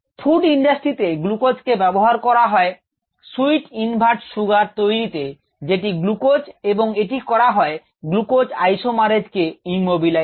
food ইন্ডাস্ট্রিতে glucose কে ব্যবহার করা হয় সুইট ইনভার্ট সুগার তৈরিতে যেটি গ্লুকোজ এবং এটি করা হয় গ্লুকোজ আইসোমারএজ কে ইম্যবিলাইজ করে